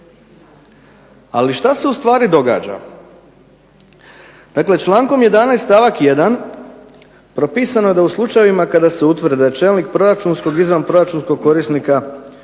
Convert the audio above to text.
Ali šta se ustvari događa? Dakle člankom 11. stavak 1. propisano je da u slučajevima kada se utvrde čelnik proračunskog i izvanproračunskog korisnika državnog